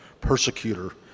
persecutor